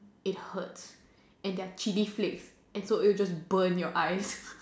it hurts and their chilli flakes and so will just burn your eyes